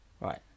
Right